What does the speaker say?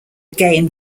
game